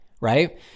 right